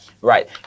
Right